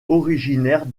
originaire